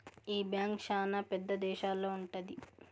ఈ బ్యాంక్ శ్యానా పెద్ద దేశాల్లో ఉంటది